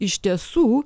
iš tiesų